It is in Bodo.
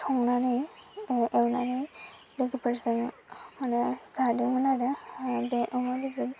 संनानै एवनानै लोगोफोरजों मानि जादोंमोन आरो बे अमा बेदर